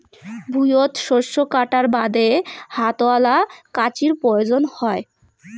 ভুঁইয়ত শস্য কাটার বাদে হাতওয়ালা কাঁচির প্রয়োজন হই